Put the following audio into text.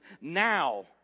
now